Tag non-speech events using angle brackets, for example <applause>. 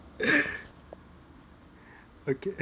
<breath> okay